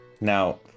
now